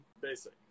basic